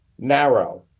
Narrow